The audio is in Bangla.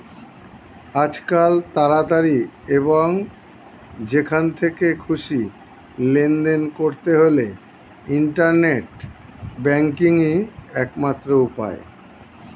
আজকাল তাড়াতাড়ি এবং যেখান থেকে খুশি লেনদেন করতে হলে ইন্টারনেট ব্যাংকিংই একমাত্র উপায়